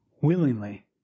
willingly